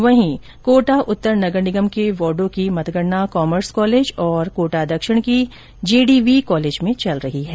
वहीं कोटा उत्तर के वार्डो की मतगणना कॉमर्स कॉलेज तथा कोटा दक्षिण की जेडीवी कॉलेज में चल रही है